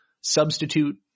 substitute